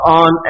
on